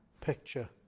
picture